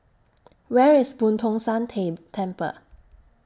Where IS Boo Tong San Temple